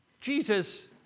Jesus